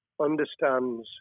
understands